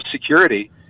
security